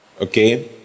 okay